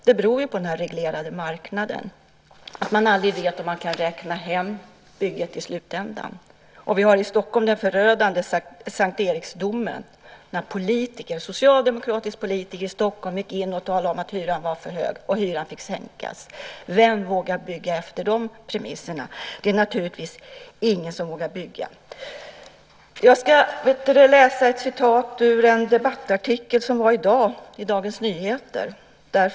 Det beror ju på den reglerade marknaden, att man aldrig vet om man kan räkna hem bygget i slutändan. I Stockholm har vi den förödande S:t Eriksdomen, där en socialdemokratisk politiker i Stockholm gick in och talade om att hyran var för hög och den fick sänkas. Vem vågar bygga efter de premisserna? Det är naturligtvis ingen som vågar bygga. Jag ska läsa upp ett citat ur en debattartikel som stod i Dagens Nyheter i dag.